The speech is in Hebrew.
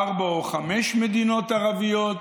ארבע או חמש מדינות ערביות,